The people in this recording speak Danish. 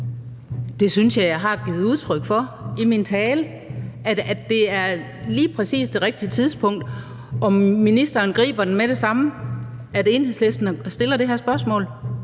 Det synes jeg at jeg har givet udtryk for i min tale. Det er lige præcis det rigtige tidspunkt – og ministeren griber den med det samme – Enhedslisten fremsætter det her forslag